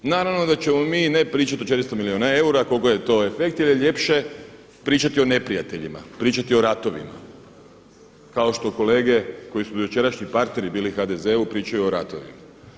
Naravno da ćemo mi ne pričati o 400 milijuna eura koliko je to efekt jer je ljepše pričati o neprijateljima, pričati o ratovima kao što kolege koji su do jučerašnji partneri bili HDZ-u pričaju o ratovima.